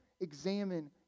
examine